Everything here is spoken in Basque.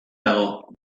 dago